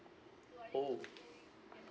oh